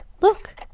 Look